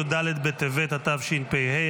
י"ד בטבת התשפ"ה,